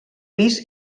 pis